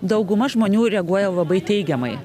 dauguma žmonių reaguoja labai teigiamai